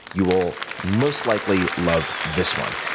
you will most likely love this one.